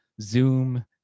zoom